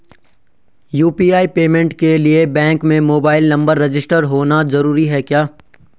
UPI payment के लिए bank में मोबाइल नंबर रजिस्टर्ड होना जरूरी है क्या?